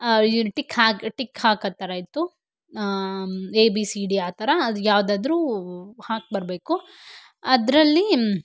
tick ಹಾಕಿ tick ಹಾಕೋದ್ ಥರ ಇತ್ತು ಎ ಬಿ ಸಿ ಡಿ ಆ ಥರ ಅದು ಯಾವುದಾದ್ರು ಹಾಕಿ ಬರಬೇಕು ಅದರಲ್ಲಿ